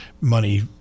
money—